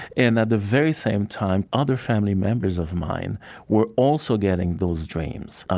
and at the very same time other family members of mine were also getting those dreams,